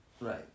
right